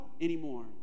anymore